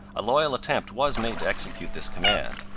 a loyal attempt was made to execute this command,